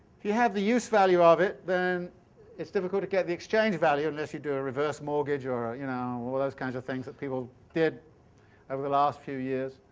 you have the use-value of it then it's difficult to get the exchange-value, unless you do a reverse mortgage, or, you know, all those kinds of things that people did over the last few years.